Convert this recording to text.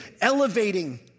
elevating